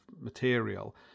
material